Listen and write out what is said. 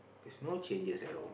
there's no changes at all